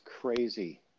crazy